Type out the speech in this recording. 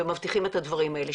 ומבטיחים את הדברים האלה.